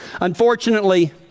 Unfortunately